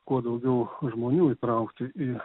kuo daugiau žmonių įtraukti į